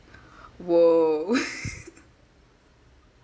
!whoa!